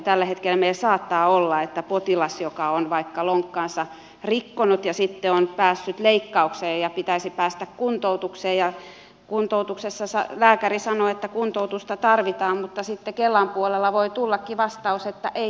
tällä hetkellä meillä saattaa olla niin että potilas on vaikka lonkkansa rikkonut ja sitten on päässyt leikkaukseen ja hänen pitäisi päästä kuntoutukseen ja kuntoutuksessa lääkäri sanoo että kuntoutusta tarvitaan mutta sitten kelan puolella voi tullakin vastaus että ei tarvitakaan